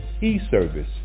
e-service